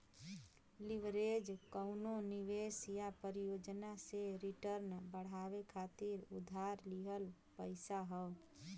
leverage कउनो निवेश या परियोजना से रिटर्न बढ़ावे खातिर उधार लिहल पइसा हौ